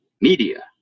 media